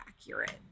accurate